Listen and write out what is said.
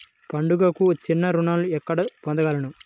పండుగలకు చిన్న రుణాలు ఎక్కడ పొందగలను?